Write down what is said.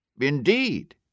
Indeed